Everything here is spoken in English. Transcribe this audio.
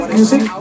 music